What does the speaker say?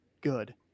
good